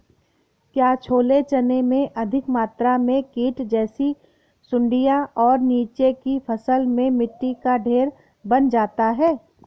क्या छोले चने में अधिक मात्रा में कीट जैसी सुड़ियां और नीचे की फसल में मिट्टी का ढेर बन जाता है?